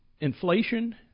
inflation